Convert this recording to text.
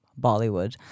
Bollywood